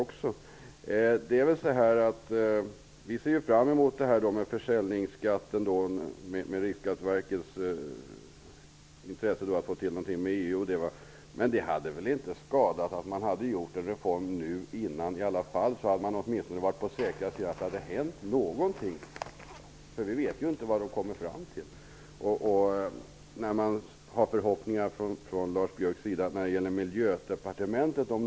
Vi ser fram emot förändringar när det gäller försäljningsskatten. Det är bra att Riksskatteverket har intresse av att anpassa detta till EU, men det hade väl inte skadat att man hade genomfört en reform nu. Då hade man åtminstone varit säker på att det hade hänt någonting. Vi vet ju inte vad Riksskatteverket kommer fram till. Lars Biörck har positiva förhoppningar när det gäller Miljödepartementet.